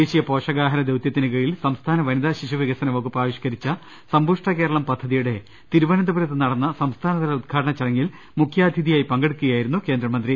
ദേശീയ പോഷകാഹാര ദൌതൃത്തിനു കീഴിൽ സംസ്ഥാന വനിതാ ശിശുവികസന വകുപ്പ് ആവിഷ്ക്കരിച്ച സമ്പുഷ്ട കേരളം പദ്ധതിയുടെ തിരുവനന്തപുരത്തു നടന്ന സംസ്ഥാനതല ഉദ്ഘാടന ച്ചടങ്ങിൽ മുഖ്യാതിഥിയായി പങ്കെടുക്കുകയായിരുന്നു കേന്ദ്ര മന്ത്രി